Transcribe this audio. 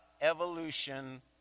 evolution